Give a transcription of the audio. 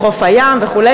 בחוף הים וכו'.